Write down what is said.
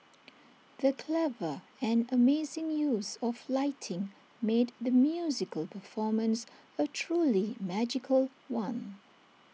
the clever and amazing use of lighting made the musical performance A truly magical one